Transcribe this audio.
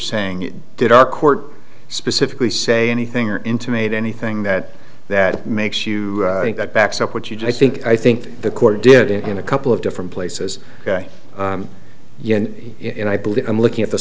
saying did our court specifically say anything or intimate anything that that makes you think that backs up what you did i think i think the court did it in a couple of different places in i believe i'm looking at the